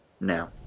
now